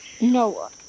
Noah